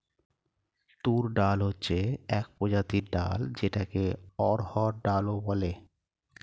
তুর ডাল হচ্ছে এক প্রজাতির ডাল যেটাকে অড়হর ডাল ও বলে